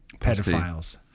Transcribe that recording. pedophiles